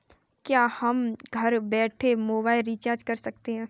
क्या हम घर बैठे मोबाइल रिचार्ज कर सकते हैं?